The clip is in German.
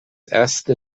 erste